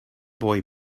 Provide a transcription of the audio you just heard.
boy